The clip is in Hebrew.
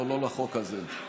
לא לחוק הזה.